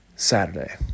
Saturday